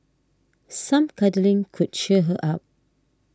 some cuddling could cheer her up